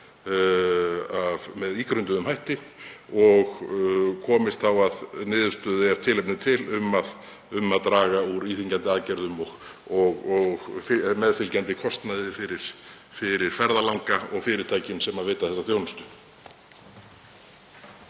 með ígrunduðum hætti og komist þá að niðurstöðu um það hvort tilefni sé til að draga úr íþyngjandi aðgerðum og meðfylgjandi kostnaði fyrir ferðalanga og fyrirtækin sem veita þessa þjónustu.